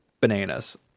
bananas